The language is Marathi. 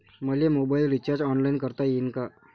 मले मोबाईल रिचार्ज ऑनलाईन करता येईन का?